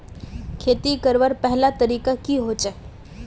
खेती करवार पहला तरीका की होचए?